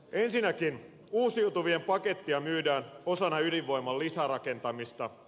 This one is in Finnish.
ensinnäkin uusiutuvien pakettia myydään osana ydinvoiman lisärakentamista